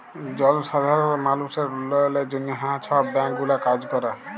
জলসাধারল মালুসের উল্ল্যয়লের জ্যনহে হাঁ ছব ব্যাংক গুলা কাজ ক্যরে